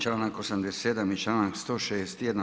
Članak 87. i članak 161.